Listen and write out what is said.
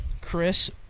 Chris